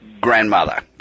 grandmother